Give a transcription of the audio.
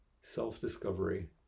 self-discovery